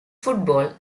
football